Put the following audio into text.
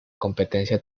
competencia